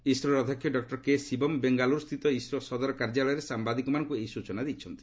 ଇସ୍ରୋର ଅଧ୍ୟକ୍ଷ doctor K Sivan ବେଙ୍ଗାଲୁରୁସ୍ଥିତ ଇସ୍ରୋ ସଦର କାର୍ଯ୍ୟାଳୟରେ ସାମ୍ବାଦିକମାନଙ୍କୁ ଏହି ସୂଚନା ଦେଇଛନ୍ତି